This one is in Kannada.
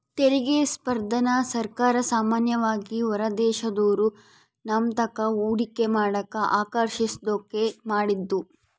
ತೆರಿಗೆ ಸ್ಪರ್ಧೆನ ಸರ್ಕಾರ ಸಾಮಾನ್ಯವಾಗಿ ಹೊರದೇಶದೋರು ನಮ್ತಾಕ ಹೂಡಿಕೆ ಮಾಡಕ ಆಕರ್ಷಿಸೋದ್ಕ ಮಾಡಿದ್ದು